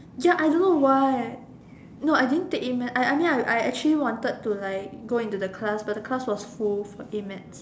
ya I don't know why no I didn't take A-maths I I mean like I I actually wanted to like go into the class but the class was full for A-maths